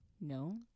No